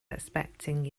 expecting